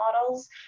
models